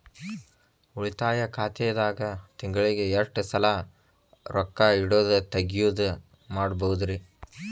ಉಳಿತಾಯ ಖಾತೆದಾಗ ತಿಂಗಳಿಗೆ ಎಷ್ಟ ಸಲ ರೊಕ್ಕ ಇಡೋದು, ತಗ್ಯೊದು ಮಾಡಬಹುದ್ರಿ?